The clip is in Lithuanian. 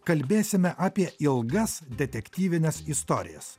kalbėsime apie ilgas detektyvines istorijas